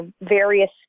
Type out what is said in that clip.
various